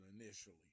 initially